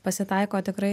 pasitaiko tikrai